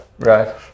Right